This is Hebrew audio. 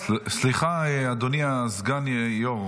סליחה, אדוני הסגן יו"ר